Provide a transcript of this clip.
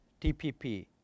TPP